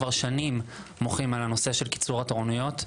כבר שנים מוחים על נושא קיצור התורנויות.